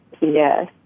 Yes